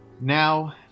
now